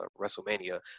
wrestlemania